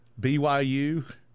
BYU